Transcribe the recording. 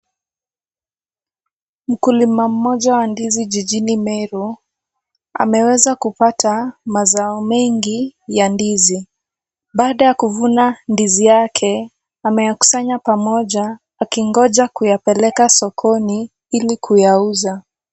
Mkulima mmoja wa ndizi jijini Meru ameweza kupata mazao mengi ya ndizi, baada ya kuvuna ndizi yake, ameyakusanya pamoja akingoja kuyapeleka sokoni ili kuyauza.